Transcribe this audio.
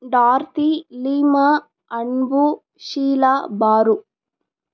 டார்த்தி லீமா அன்பு ஷீலா பாரு